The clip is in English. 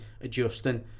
adjusting